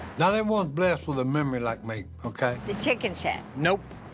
not everyone's blessed with memory like me, okay? the chicken shack? nope!